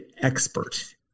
expert